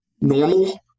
normal